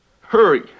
Hurry